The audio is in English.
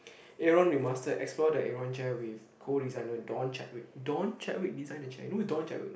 Aeron remaster explore the Aeron chair with co-designer Don Chadwick Don Chadwick design the chair you know who is Don Chadwick or not